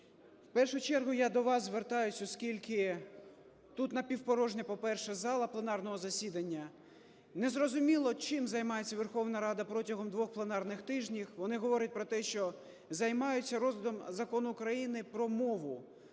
в першу чергу я до вас звертаюсь, оскільки тут напівпорожня, по-перше, зала пленарного засідання. Незрозуміло, чим займається Верховна Рада протягом двох пленарних тижнів. Вони говорять про те, що займаються розглядом Закону України про мову,